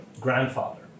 grandfather